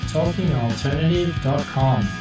TalkingAlternative.com